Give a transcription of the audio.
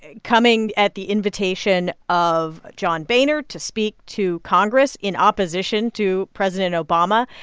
and coming at the invitation of john boehner to speak to congress in opposition to president obama